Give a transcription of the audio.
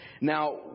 Now